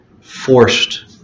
forced